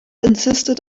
insisted